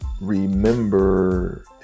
remember